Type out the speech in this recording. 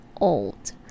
old